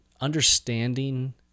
understanding